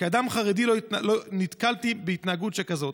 כאדם חרדי לא נתקלתי בהתנהגות" שכזאת.